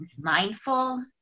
mindful